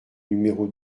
numéro